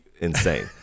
insane